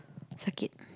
suck it